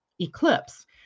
eclipse